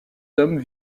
hommes